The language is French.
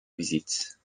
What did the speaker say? visite